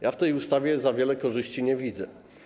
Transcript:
Ja w tej ustawie za wiele korzyści nie widzę.